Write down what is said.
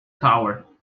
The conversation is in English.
tower